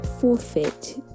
forfeit